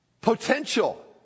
potential